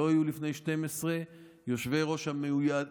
לא יהיו לפני 12:00. יושבי-הראש המיועדים